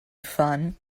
fun